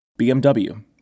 BMW